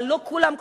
אבל לא כולם,